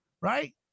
right